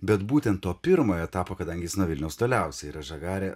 bet būtent to pirmojo etapo kadangi jis nuo vilniaus toliausiai yra žagarė